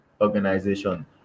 organization